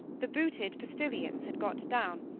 the booted postilions had got down,